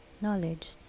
knowledge